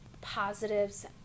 positives